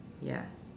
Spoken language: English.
ya